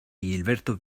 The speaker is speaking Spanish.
gilberto